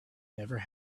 never